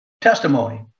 testimony